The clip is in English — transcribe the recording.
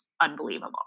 unbelievable